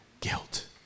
guilt